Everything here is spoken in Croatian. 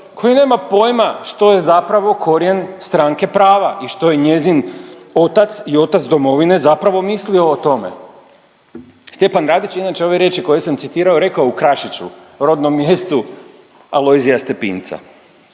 koji nema pojma što je zapravo korijen stranke prava i što je njezin otac i otac domovine zapravo mislio o tome. Stjepan Radić je inače ove riječi koje sam citirao rekao u Krašiću, rodnom mjestu Alojzija Stepinca.